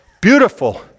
beautiful